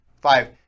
five